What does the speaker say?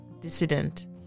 dissident